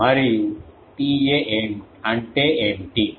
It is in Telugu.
మరియు TA అంటే ఏమిటి